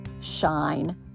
shine